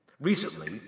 Recently